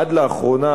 עד לאחרונה,